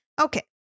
Okay